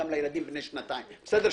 גם לילדים בני שנתיים בסדר?